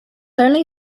only